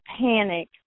panic